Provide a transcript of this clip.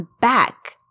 back